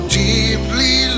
deeply